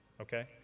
okay